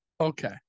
Okay